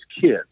kids